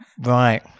right